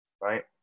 right